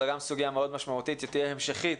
זו גם סוגיה מאוד משמעותית שתהיה המשכית